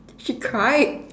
she cried